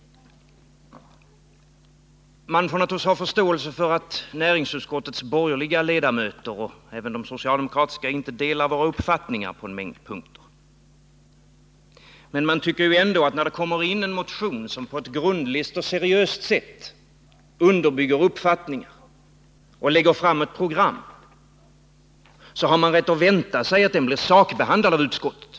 Man får naturligtvis ha förståelse för att näringsutskottets borgerliga ledamöter och de socialdemokratiska inte delar våra uppfattningar på en mängd punkter. Men när det kommer in en motion som på ett grundligt och seriöst sätt underbygger uppfattningar och lägger fram ett program, så har man rätt att vänta sig att den blir sakbehandlad av utskottet.